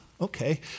okay